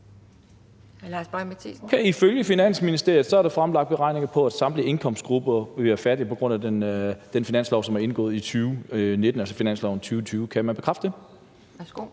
Ifølge Finansministeriet er der fremlagt beregninger af, at samtlige indkomstgrupper bliver fattigere på grund af den finanslovsaftale, som er indgået i 2019, altså finansloven for 2020. Kan man bekræfte det? Kl.